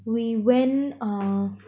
we went uh